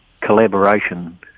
collaboration